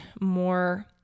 more